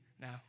now